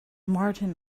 martin